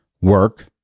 work